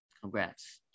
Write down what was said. Congrats